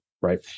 right